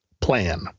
plan